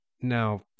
Now